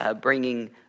bringing